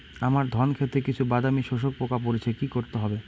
আমার ধন খেতে কিছু বাদামী শোষক পোকা পড়েছে কি করতে হবে?